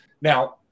Now